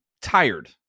tired